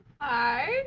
Hi